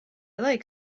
like